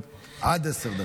עד עשר דקות,